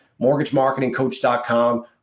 mortgagemarketingcoach.com